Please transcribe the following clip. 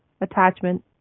attachment